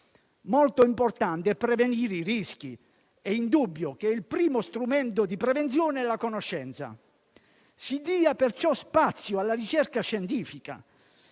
molto importante prevenire i rischi ed è indubbio che il primo strumento di prevenzione sia la conoscenza. Si dia perciò spazio alla ricerca scientifica,